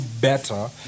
better